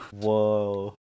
Whoa